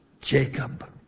Jacob